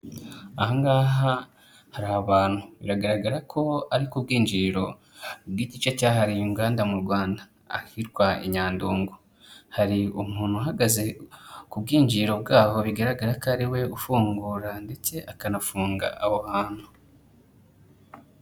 Ahangaha hari abantu. Biragaragara ko ari ku bwinjiriro bw'igice cyahaririye inganda mu Rwanda ahitwa i Nyandungu. Hari umuntu uhagaze ku bwinjiriro bwaho bigaragara ko ariwe ufungura ndetse akanafunga aho hantu.